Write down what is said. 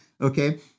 Okay